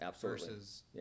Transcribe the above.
versus